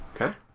Okay